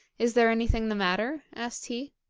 is there anything the matter asked he.